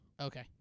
Okay